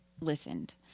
listened